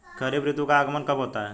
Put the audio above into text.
खरीफ ऋतु का आगमन कब होता है?